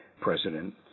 president